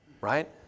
Right